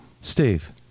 Steve